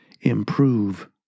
improve